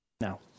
Now